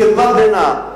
מקדמת דנא.